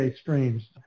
streams